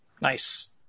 Nice